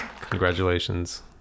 congratulations